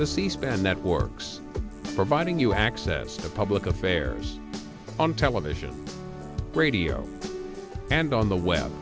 the c span networks providing you access to public affairs on television radio and on the web